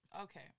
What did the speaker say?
Okay